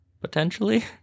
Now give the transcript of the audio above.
potentially